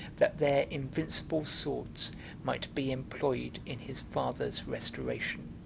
that their invincible swords might be employed in his father's restoration.